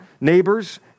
neighbors